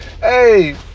Hey